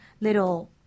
little